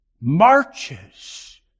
marches